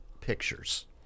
pictures